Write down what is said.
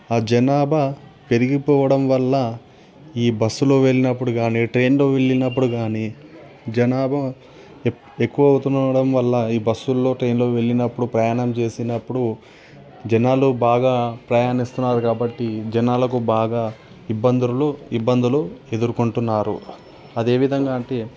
ఆ జనాభా పెరిగిపోవడం వల్ల ఈ బస్లో వెళ్ళినప్పుడు కానీ ట్రైన్లో వెళ్ళినప్పుడు కానీ జనాభా ఎక్కువ అవుతుండటం వల్ల ఈ బస్సుల్లో ట్రైనులో వెళ్ళినప్పుడు ప్రయాణం చేసినప్పుడు జనాలు బాగా ప్రయాణిస్తున్నారు కాబట్టి జనాలకు బాగా ఇబ్బందులు ఇబ్బందులు ఎదుర్కొంటున్నారు అది ఏ విధంగా అంటే